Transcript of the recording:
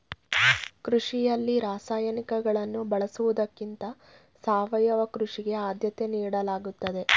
ಕೃಷಿಯಲ್ಲಿ ರಾಸಾಯನಿಕಗಳನ್ನು ಬಳಸುವುದಕ್ಕಿಂತ ಸಾವಯವ ಕೃಷಿಗೆ ಆದ್ಯತೆ ನೀಡಲಾಗುತ್ತದೆ